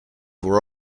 were